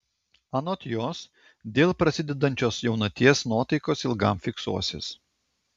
anot jos dėl prasidedančios jaunaties nuotaikos ilgam fiksuosis